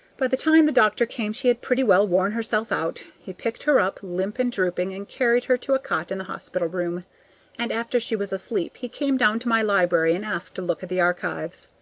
by the time the doctor came she had pretty well worn herself out. he picked her up, limp and drooping, and carried her to a cot in the hospital room and after she was asleep he came down to my library and asked to look at the archives.